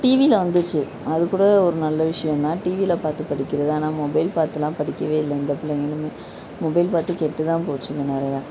டிவியில் வந்துச்சு அதுக் கூட ஒரு நல்ல விஷயம் தான் டிவியில் பார்த்து படிக்கிறது ஆனால் மொபைல் பார்த்துலாம் படிக்கவே இல்லை எந்த பிள்ளைங்களுமே மொபைல் பார்த்து கெட்டு தான் போச்சிங்க நிறையா